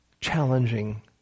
challenging